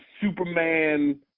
Superman